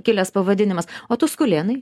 kilęs pavadinimas o tuskulėnai